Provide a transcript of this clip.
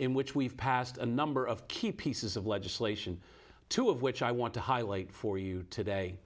in which we've passed a number of key pieces of legislation two of which i want to highlight for you today